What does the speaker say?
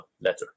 letter